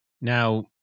now